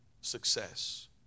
success